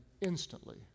instantly